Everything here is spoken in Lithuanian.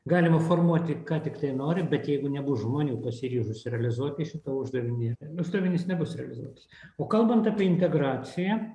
galima formuoti ką tiktai nori bet jeigu nebus žmonių pasiryžusių realizuoti šitą uždavinį uždavinys nebus realizuotas o kalbant apie integraciją